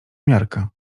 miarka